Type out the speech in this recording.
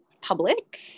public